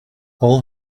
all